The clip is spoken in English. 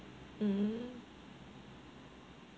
mm